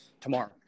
Tomorrow